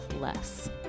less